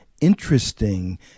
interesting